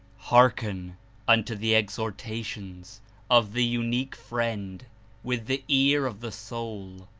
hearken unto the exhortations of the unique friend with the ear of the soul.